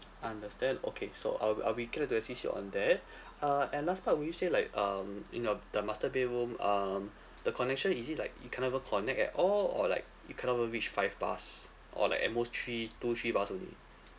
understand okay so I'll I'll be glad to assist you on that uh and last part would you say like um in your the master bedroom um the connection is it like it can't even connect at all or like it cannot even reach five bars or like at most three two three bars only